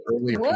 early